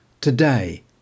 today